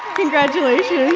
congratulations